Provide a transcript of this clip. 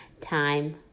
time